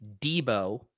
Debo